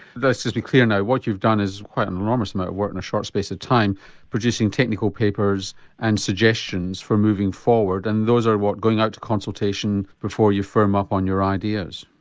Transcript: just be clear now, what you've done is quite an enormous amount of work in a short space of time producing technical papers and suggestions for moving forward and those are what going out to consultation before you firm up on your ideas?